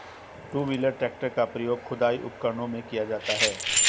to wheeler tractor का प्रयोग खुदाई उपकरणों में किया जाता हैं